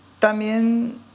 También